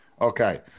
Okay